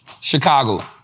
Chicago